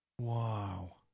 wow